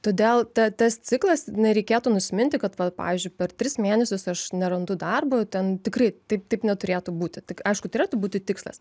todėl ta tas ciklas nereikėtų nusiminti kad va pavyzdžiui per tris mėnesius aš nerandu darbo ten tikrai taip taip neturėtų būti tik aišku turėtų būti tikslas